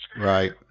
Right